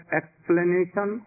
explanation